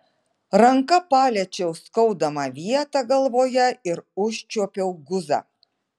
ranka paliečiau skaudamą vietą galvoje ir užčiuopiau guzą